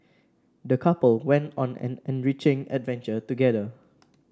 the couple went on an enriching adventure together